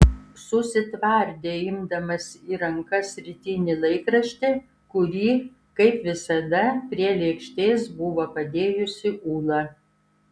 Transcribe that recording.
susitvardė imdamas į rankas rytinį laikraštį kurį kaip visada prie lėkštės buvo padėjusi ūla